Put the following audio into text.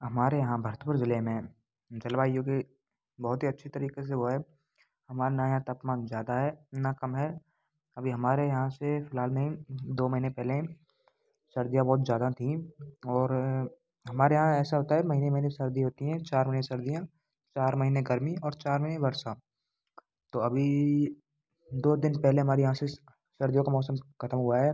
हमारे यहाँ भरतपुर जिले में जलवायु की बहुत ही अच्छी तरीके से वो है हमारे ना यहाँ तापमान ज़्यादा है ना कम है अभी हमारे यहाँ से फिलहाल में ही दो महीने पहले सर्दियाँ बहुत ज़्यादा थीं और हमारे यहाँ ऐसा होता है महीने महीने सर्दी होती हैं चार महीने सर्दियाँ चार महीने गर्मी और चार महीने वर्षा तो अभी दो दिन पहले हमारे यहाँ से सर्दियों का मौसम खत्म हुआ है